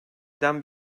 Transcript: eden